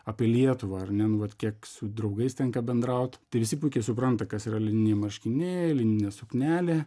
apie lietuvą ar ne nu vat kiek su draugais tenka bendrauti tai visi puikiai supranta kas yra lininiai marškiniai lininė suknelė